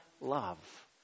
love